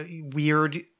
weird